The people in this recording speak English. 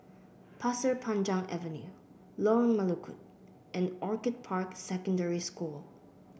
Pasir Panjang Avenue Lorong Melukut and Orchid Park Secondary School